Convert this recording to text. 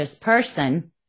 person